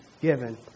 given